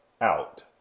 out